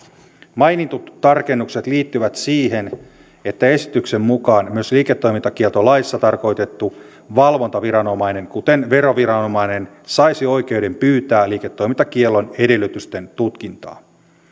mainitut tarkennukset liittyvät siihen että esityksen mukaan myös liiketoimintakieltolaissa tarkoitettu valvontaviranomainen kuten veroviranomainen saisi oikeuden pyytää liiketoimintakiellon edellytysten tutkintaa